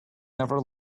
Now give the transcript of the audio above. never